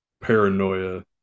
paranoia